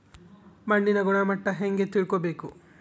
ಮಣ್ಣಿನ ಗುಣಮಟ್ಟ ಹೆಂಗೆ ತಿಳ್ಕೊಬೇಕು?